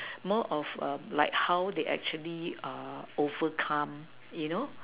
more of like how they actually overcome you know